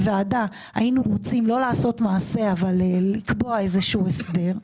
הוועדה, שוקלים האם לעשות מעשה בסוגיה הזאת.